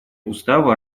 устава